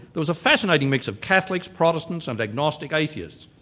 there was a fascinating mix of catholics, protestants, and agnostic atheists.